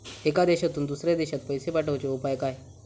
एका देशातून दुसऱ्या देशात पैसे पाठवचे उपाय काय?